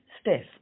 stiff